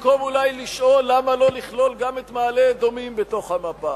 ובמקום אולי לשאול למה לא לכלול גם את מעלה-אדומים במפה,